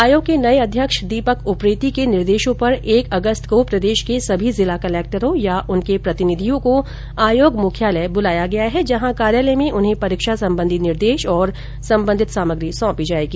आयोग के नए अध्यक्ष दीपक उप्रेती के निर्देशों पर एक अगस्त को प्रदेश के सभी जिला कलेक्टरों या उनके प्रतिनिधियों को आयोग मुख्यालय बुलाया गया है जहां कार्यालय में उन्हें परीक्षा संबंधी निर्देश और संबंधित सामग्री सौंपी जाएगी